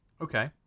Okay